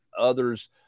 others